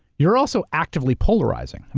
you're also, actively polarizing. and